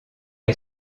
est